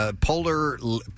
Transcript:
Polar